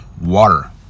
water